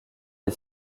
est